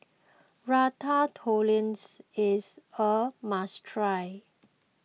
Ratatouilles is a must try